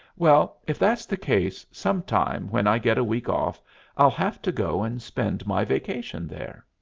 well, if that's the case, some time when i get a week off i'll have to go and spend my vacation there!